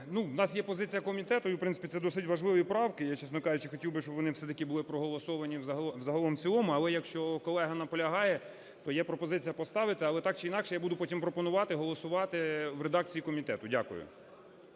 У нас є позиція комітету, і в принципі, це досить важливі правки. Я, чесно кажучи, хотів би, щоб вони все-таки були проголосовані загалом в цілому. Але якщо колега наполягає, то є пропозиція поставити, але так чи інакше я буду потім пропонувати голосувати в редакції комітету. Дякую.